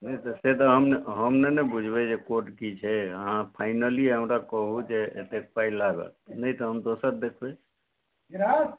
से तऽ हम नहि ने बुझबै केँ छै जे कोट की छै अहाँ फाइनली हमरा कहू जे एतेक पाय लागत नहि तऽ हम दोसर देखबै